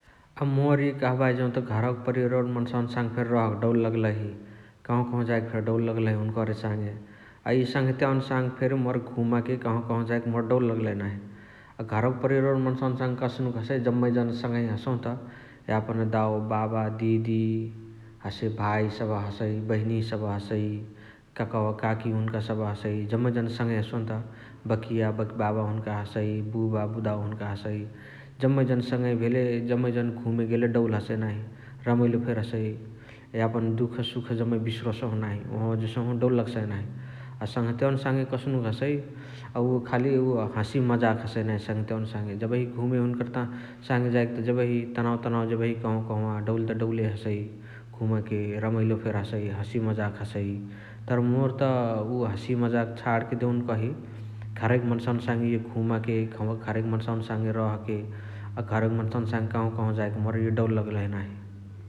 मोर इअ कहबाही जौत घरवका परिवोरवनी मन्सावनी साङे फेरी रहके डौल लगलही कहावा कहावा जएके फेरी डौल लगलही हुन्करे साङे । अ इअ सङ्हतियवनी साङे फेरी मोर घुमेक कहावा कहावा जएके मोर डौल लगलही नाही । अ घरवका परिवोरवनी मन्सावन साङे कस्नुक हसइ जामअर जाना सङ्ही हसहुनत । यापन दाओ, बाबा, दिदी हसे भाई सबह हसइ बहिनिया सबह हसइ । ककव, काकी सबह हसइ जम्मै जाना सङही हसहुन्त । बकिय बकिबाबा हुन्का हसइ, बुवा बुदाओ हुन्क हसइ जम्मै जना सङ्ही भेले जम्मै जना घुमे गेले डौल हसइ नाही रमैलो फेरी हसइ । यापन दुख सुख जमाइ बिसरोसहु नाही । ओहवा जेसहु डौल लगसाइ नाही । अ सङ्हतियवन साङे कस्नुक हसइ अ उअ खाली उअ हसी मज्जाक हसइ नाही सङ्हतियवन साङे । जेबही घुमे हुन्करत जाएके त जेबही तनाउ तनाउ जेबही कहव कहव डौल त डौले हसइ घुमेक रमैलो फेरी हसइ हसी मज्जक हसइ । तर मोर त उअ हसी मज्जाक छणके देउनकही घरवैक मन्सावन साङे इअ घुमेक, घरवैक मन्सावन साङे रहके अ घरवाक मन्सावन साङे कहवा कहवा जाएके मोर इअ डौल लगलही नाही ।